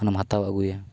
ᱚᱱᱟᱢ ᱦᱟᱛᱟᱣ ᱟᱹᱜᱩᱭᱟ